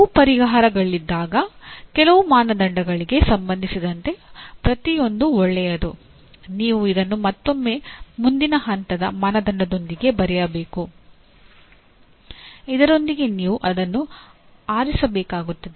ಬಹು ಪರಿಹಾರಗಳಿದ್ದಾಗ ಕೆಲವು ಮಾನದಂಡಗಳಿಗೆ ಸಂಬಂಧಿಸಿದಂತೆ ಪ್ರತಿಯೊಂದೂ ಒಳ್ಳೆಯದು ನೀವು ಇದನ್ನು ಮತ್ತೊಮ್ಮೆ ಮುಂದಿನ ಹಂತದ ಮಾನದಂಡದೊಂದಿಗೆ ಬರಬೇಕು ಇದರಿಂದ ನೀವು ಇದನ್ನು ಆರಿಸಬೇಕಾಗುತ್ತದೆ